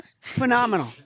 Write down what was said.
phenomenal